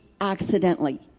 accidentally